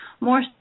more